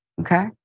okay